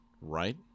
right